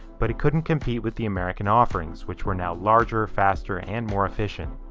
but it couldn't compete with the american offerings, which were now larger, faster and more efficient.